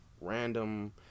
random